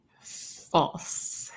False